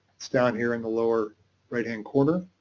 down here in the lower right-hand corner.